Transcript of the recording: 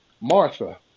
Martha